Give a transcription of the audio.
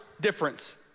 difference